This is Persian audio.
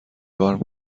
کار